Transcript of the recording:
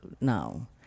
now